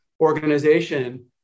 organization